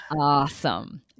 Awesome